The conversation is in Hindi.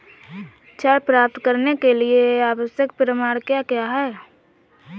ऋण प्राप्त करने के लिए आवश्यक प्रमाण क्या क्या हैं?